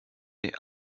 the